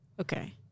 Okay